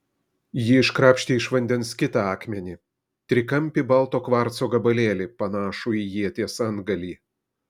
ji iškrapštė iš vandens kitą akmenį trikampį balto kvarco gabalėlį panašų į ieties antgalį